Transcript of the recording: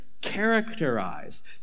characterized